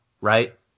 right